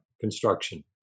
construction